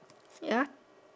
ya